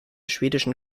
schwedischen